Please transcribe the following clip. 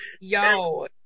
Yo